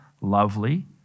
lovely